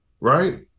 right